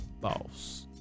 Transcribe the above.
boss